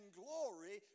glory